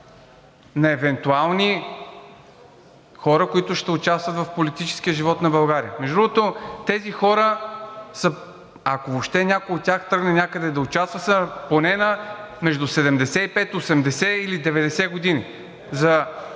на евентуални хора, които ще участват в политическия живот на България. Между другото, тези хора, ако въобще някой от тях тръгне някъде да участва, са поне на между 75, 80 или 90 години.